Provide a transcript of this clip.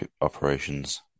operations